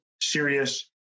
serious